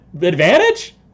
advantage